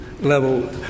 level